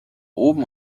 oben